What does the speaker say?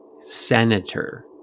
senator